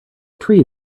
tree